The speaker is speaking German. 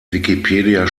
wikipedia